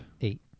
eight